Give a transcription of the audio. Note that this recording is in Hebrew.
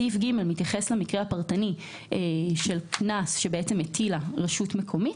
סעיף (ג) מתייחס למקרה הפרטני של קנס שהטילה רשות מקומית.